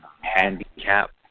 handicap